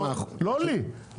לא לי,